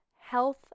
health